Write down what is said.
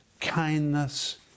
kindness